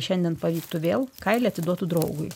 šiandien pavyktų vėl kailį atiduotų draugui